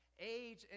age